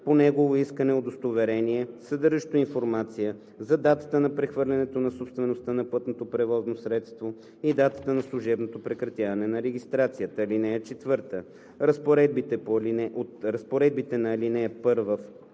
по негово искане удостоверение, съдържащо информация за датата на прехвърлянето на собствеността на пътното превозно средство и датата на служебното прекратяване на регистрацията. (4) Разпоредбите на ал. 1